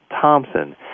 Thompson